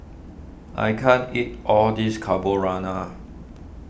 I can't eat all this Carbonara